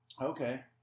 Okay